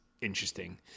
interesting